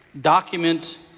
document